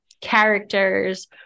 characters